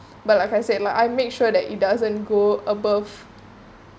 but my friend said like I make sure that it doesn't go above